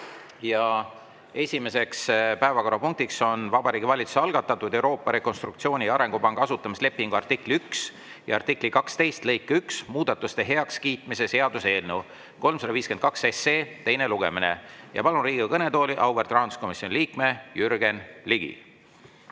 Esimene päevakorrapunkt on Vabariigi Valitsuse algatatud Euroopa Rekonstruktsiooni- ja Arengupanga asutamislepingu artikli 1 ja artikli 12 lõike 1 muudatuste heakskiitmise seaduse eelnõu 352 teine lugemine. Palun Riigikogu kõnetooli auväärt rahanduskomisjoni liikme Jürgen Ligi.